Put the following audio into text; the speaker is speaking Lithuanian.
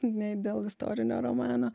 ne dėl istorinio romano